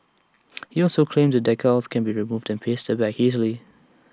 he also claimed the decals can be removed and pasted back easily